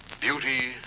Beauty